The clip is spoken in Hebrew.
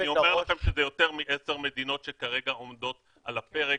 אומר לכם שזה יותר מ-10 מדינות שכרגע עומדות על הפרק,